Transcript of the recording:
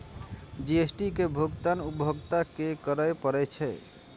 GST के भुगतान उपभोक्ता कें करय पड़ै छै